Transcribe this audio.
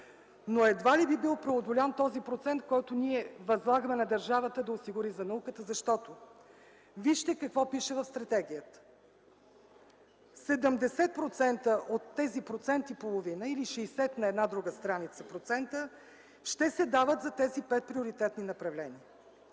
но едва ли би бил преодолян този процент, който ние възлагаме на държавата да осигури за науката. Защото вижте какво пише в стратегията: „70% от тези 1,5% или 60% на една друга страница, ще се дават за тези пет приоритетни направления”.